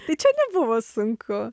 tai čia nebuvo sunku